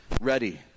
ready